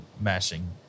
mashing